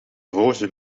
roze